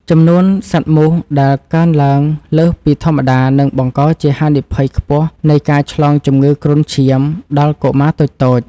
ចំនួនសត្វមូសដែលកើនឡើងលើសពីធម្មតានឹងបង្កជាហានិភ័យខ្ពស់នៃការឆ្លងជំងឺគ្រុនឈាមដល់កុមារតូចៗ។